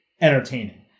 entertaining